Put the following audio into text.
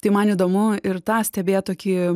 tai man įdomu ir tą stebėt tokį